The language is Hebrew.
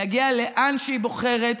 להגיע לאן שהיא בוחרת,